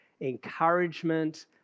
encouragement